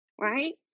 right